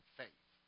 faith